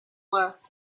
worse